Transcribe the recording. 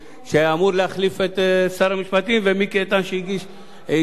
ומיקי איתן שהציג את זה במקום השר בגין.